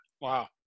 Wow